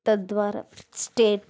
తద్వారా స్టేట్